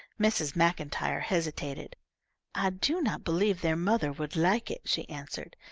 mrs. macintyre hesitated. i do not believe their mother would like it, she answered.